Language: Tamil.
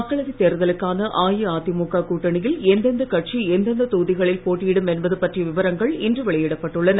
மக்களவைத் தேர்தலுக்கான அஇஅதிமுக கூட்டணியில் எந்தெந்த கட்சி எந்தெந்த தொகுதிகளில் போட்டியிடும் என்பது பற்றிய விவரங்கள் இன்று வெளியிடப்பட்டுள்ளன